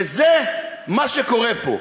וזה מה שקורה פה.